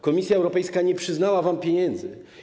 Komisja Europejska nie przyznała wam pieniędzy.